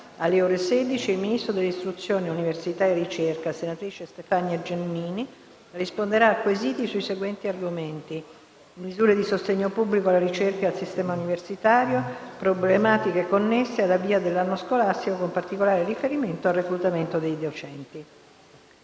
alle ore 16, il ministro dell'istruzione, dell'università e della ricerca, senatrice Stefania Giannini, risponderà a quesiti sui seguenti argomenti: misure di sostegno pubblico alla ricerca e al sistema universitario; problematiche connesse all'avvio dell'anno scolastico, con particolare riferimento al reclutamento dei docenti.